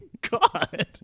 God